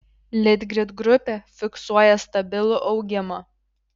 litgrid grupė fiksuoja stabilų augimą